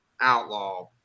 Outlaw